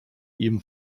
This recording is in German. ihm